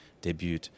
debut